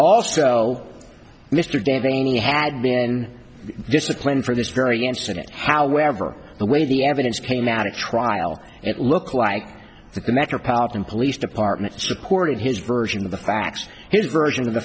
he had been disciplined for this very incident however the way the evidence came out of trial it looked like the metropolitan police department supported his version of the facts his version of the